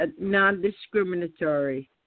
non-discriminatory